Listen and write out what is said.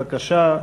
בבקשה.